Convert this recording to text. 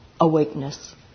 awakeness